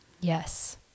Yes